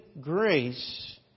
grace